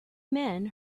men